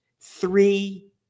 three